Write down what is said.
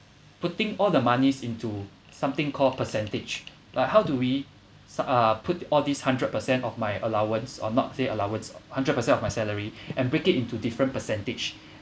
putting all the monies into something called percentage like how do we uh put all these hundred percent of my allowance or not say allowance hundred percent of my salary and break it into different percentage